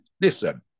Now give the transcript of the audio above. listen